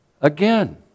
Again